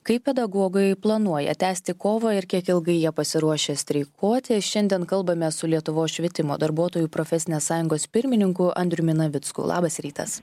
kaip pedagogai planuoja tęsti kovą ir kiek ilgai jie pasiruošę streikuoti šiandien kalbamės su lietuvos švietimo darbuotojų profesinės sąjungos pirmininku andriumi navicku labas rytas